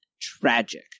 tragic